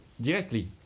directly